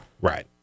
Right